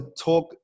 talk